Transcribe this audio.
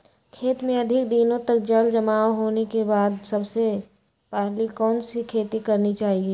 खेत में अधिक दिनों तक जल जमाओ होने के बाद सबसे पहली कौन सी खेती करनी चाहिए?